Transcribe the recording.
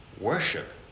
worship